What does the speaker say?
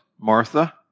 Martha